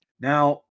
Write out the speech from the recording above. Now